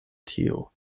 tio